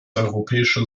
europäische